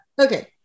Okay